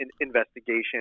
investigation